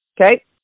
Okay